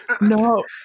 No